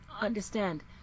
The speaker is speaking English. understand